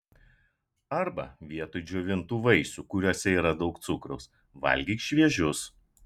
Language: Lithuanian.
arba vietoj džiovintų vaisių kuriuose yra daug cukraus valgyk šviežius